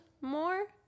more